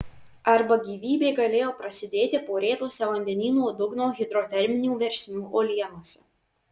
arba gyvybė galėjo prasidėti porėtose vandenyno dugno hidroterminių versmių uolienose